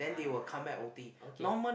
ah okay